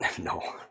No